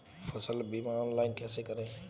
फसल बीमा ऑनलाइन कैसे करें?